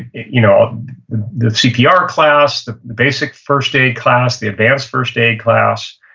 you know the cpr class, the basic first aid class, the advanced first aid class,